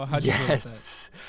Yes